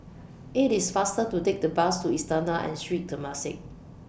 IT IS faster to Take The Bus to Istana and Sri Temasek